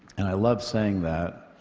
and i love saying that.